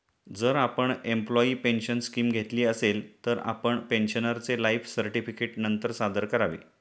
जर आपण employee pension scheme घेतली असेल, तर आपण पेन्शनरचे लाइफ सर्टिफिकेट नंतर सादर करावे